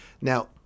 Now